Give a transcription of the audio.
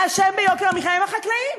האשמים ביוקר המחיה הם החקלאים,